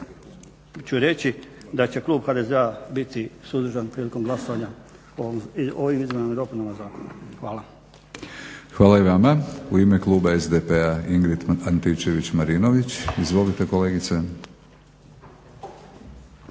Hvala i vama. U ime kluba SDP-a Ingrid Antičević-Marinović. Izvolite kolegice.